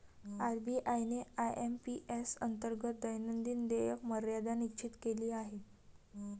RBI ने IMPS अंतर्गत दैनंदिन देयक मर्यादा निश्चित केली आहे